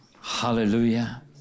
Hallelujah